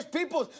people